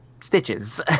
stitches